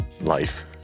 life